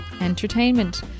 entertainment